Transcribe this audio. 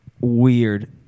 weird